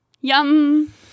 Yum